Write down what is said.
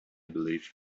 believe